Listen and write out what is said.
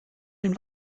den